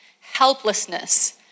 helplessness